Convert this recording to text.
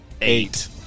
eight